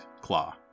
Claw